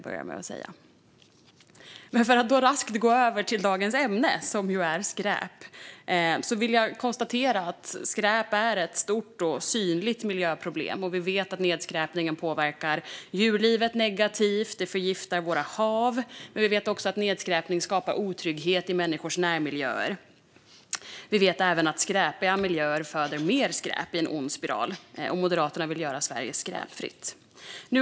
För att raskt gå över till dagens ämne, som är skräp, vill jag konstatera att skräp är ett stort och synligt miljöproblem. Vi vet att nedskräpning påverkar djurlivet negativt och förgiftar våra hav. Vi vet också att nedskräpning skapar otrygghet i människors närmiljöer och att skräpiga miljöer föder mer skräp i en ond spiral. Moderaterna vill göra Sverige skräpfritt.